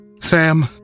Sam